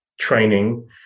training